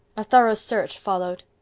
a thorough search followed.